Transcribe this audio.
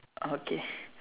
okay